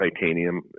titanium